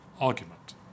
argument